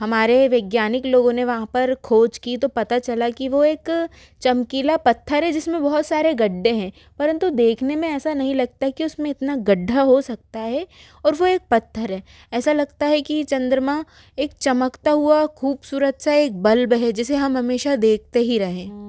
हमारे वैज्ञानिक लोगों ने वहाँ पर खोज की तो पता चला की वो एक चमकीला पत्थर है जिसमें बहुत सारे गड्ढे है परन्तु देखने मे ऐसा नहीं लगता की उसमे इतना गड्ढा हो सकता है और वो एक पत्थर है ऐसा लगता है की चंद्रमा एक चमकता हुआ खूबसूरत सा एक बल्ब है जिसे हम हमेशा देखते ही रहे